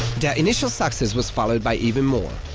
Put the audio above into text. their initial success was followed by even more.